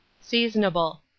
seasonable